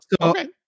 okay